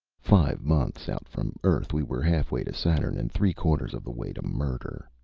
five months out from earth, we were half-way to saturn and three-quarters of the way to murder.